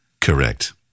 Correct